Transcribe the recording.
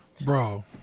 bro